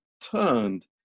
turned